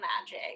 magic